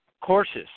courses